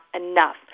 enough